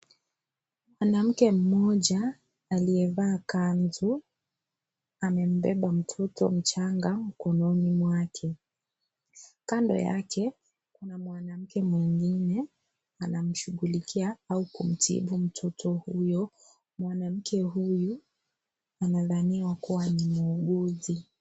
Mwanamke mmoja aliyevaa kanzu amebeba mtoto mchanga mkononi mwake kando yake kunamwanamke mwingine anamshughuikia au kumtibu mtoto huyo. Mwanamke huyu anadhaniwa kuwa ni muuguzi.